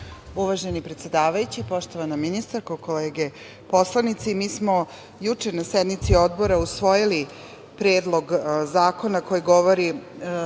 Uvaženi predsedavajući, poštovana ministarko, kolege poslanici, mi smo juče na sednici Odbora usvojili Predlog zakona koji govori